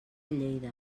lleida